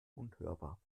unhörbar